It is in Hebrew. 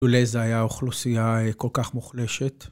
היה אוכלוסייה כל כך מוחלשת.